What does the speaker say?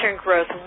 growth